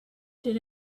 did